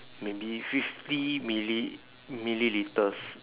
maybe fifty milli~ millilitres